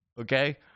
Okay